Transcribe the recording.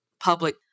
public